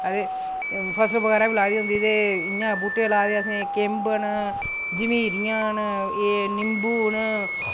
ते फसल बगैरा बी लाई दी होंदी ते इं'या बूह्टे लाए दे असें किंब न जम्हीरियां न एह् निंबू न